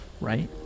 right